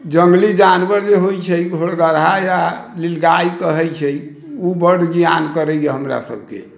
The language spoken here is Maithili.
जंगली जानवर जे होइ छै घोड़गदर या नील गाय कहै छै ओ बड़ जिआन करैया हमरा सबके